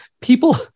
people